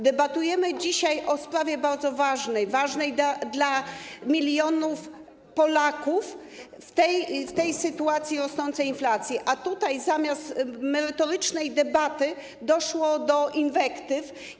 Debatujemy dzisiaj o sprawie bardzo ważnej, ważnej dla milionów Polaków w sytuacji rosnącej inflacji, a tutaj zamiast merytorycznej debaty doszło do inwektyw.